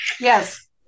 Yes